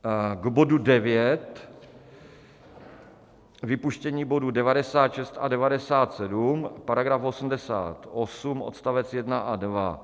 K bodu 9, vypuštění bodu 96 a 97 § 88 odstavec 1 a 2.